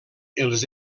els